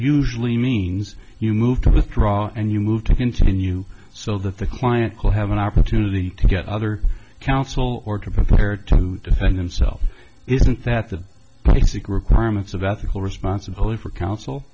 usually means you move to withdraw and you move to continue so that the client will have an opportunity to get other counsel or compared to defend themselves isn't that the basic requirements of ethical responsibility for coun